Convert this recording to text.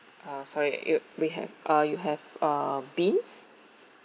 uh sorry it'll we have uh you have uh beans